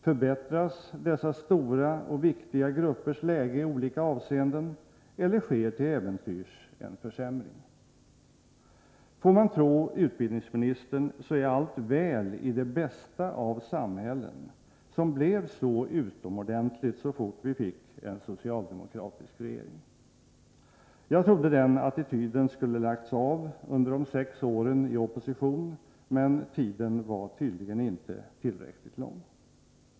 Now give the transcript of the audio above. Förbättras dessa stora och viktiga gruppers läge i olika avseenden, eller sker till äventyrs en försämring? Får man tro utbildningsministern så är allt väl i det bästa av samhällen, som blev så utomordentligt så fort vi fick en socialdemokratisk regering. Jag trodde att den attityden skulle ha lagts av under de sex åren i opposition, men tiden var tydligen inte tillräckligt lång.